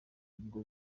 ubwo